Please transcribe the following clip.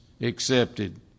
accepted